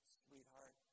sweetheart